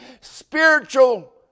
spiritual